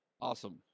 awesome